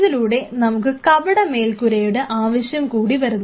ഇതിലൂടെ നമുക്ക് കപട മേൽക്കൂരയുടെ ആവശ്യം കൂടി ഉണ്ടാകുന്നു